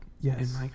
Yes